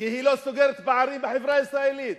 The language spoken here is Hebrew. כי היא לא סוגרת פערים בחברה הישראלית.